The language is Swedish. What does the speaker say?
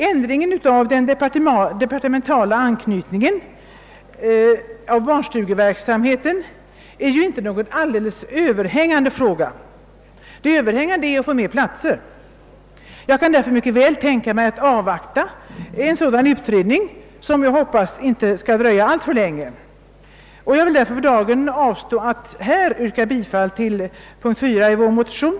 En ändring av den departementala anknytningen av barnstugeverksamheten är ju inte en alldeles överhängande fråga — det mest överhängande är att få fler platser. Jag kan därför mycket väl tänka mig att avvakta en utredning, som jag hoppas inte skall dröja alltför länge. Jag vill därför för dagen avstå från att yrka bifall till punkten 4 i vår motion.